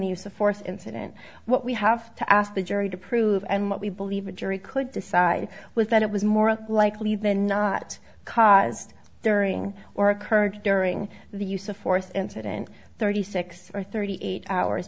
of force incident what we have to ask the jury to prove and what we believe a jury could decide was that it was more likely than not caused during or occurred during the use of force incident thirty six or thirty eight hours